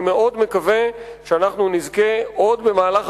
אני מאוד מקווה שאנחנו נזכה עוד במהלך